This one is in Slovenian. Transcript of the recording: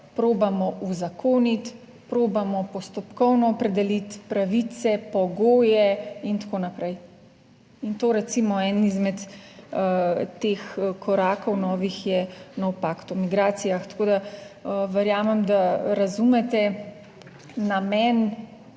probamo uzakoniti, probamo postopkovno opredeliti pravice, pogoje in tako naprej. In to recimo eden izmed teh korakov novih je nov pakt o migracijah. Tako da verjamem, da razumete namen